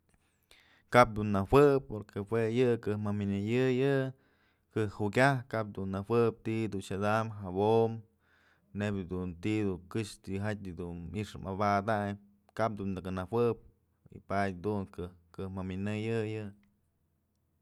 Kap dun nëjueb porque juë yë këj mëmi'inëyë yë, këj jukyajtë kap dun najuëb ti'i dun xadam jabom neyb dun ti'i dun këxë tijatyë i'ix mabadañ kap dun nëkë najuëb padye jadun këj maminëy yë.